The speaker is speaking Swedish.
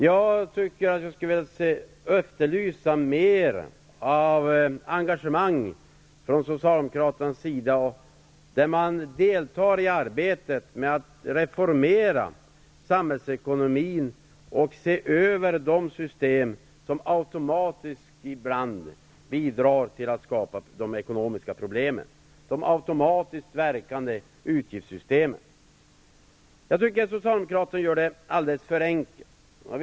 Jag skulle vilja efterlysa mer av engagemang från Socialdemokraternas sida, att man deltar i arbetet med att reformera samhällsekonomin och se över de system som ibland automatiskt bidrar till att skapa de ekonomiska problemen -- de automatiskt verkande utgiftssystemen. Socialdemokraterna gör det alldeles för enkelt för sig.